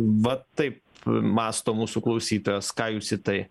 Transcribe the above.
va taip mąsto mūsų klausytojas ką jūs į tai